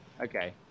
Okay